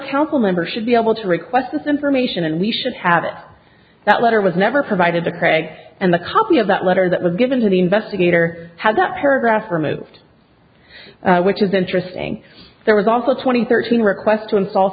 council member should be able to request this information and we should have that letter was never provided to craig and the copy of that letter that was given to the investigator had the paragraph removed which is interesting there was also a twenty thirteen request to ins